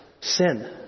Sin